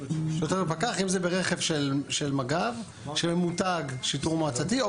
אם זה ברכב שממותג שיטור מועצתי או